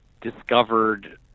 discovered